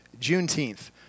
Juneteenth